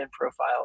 profile